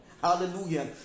Hallelujah